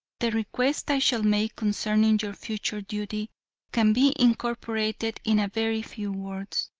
the request i shall make concerning your future duty can be incorporated in a very few words,